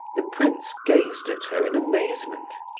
the prince gazed at her in amazement.